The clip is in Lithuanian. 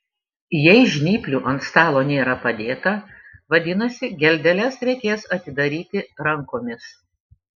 jei žnyplių ant stalo nėra padėta vadinasi geldeles reikės atidaryti rankomis